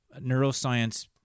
neuroscience